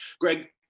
Greg